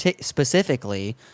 specifically